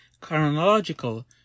chronological